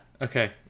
Okay